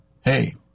hey